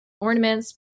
ornaments